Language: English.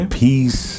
peace